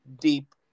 deep